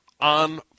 on